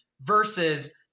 versus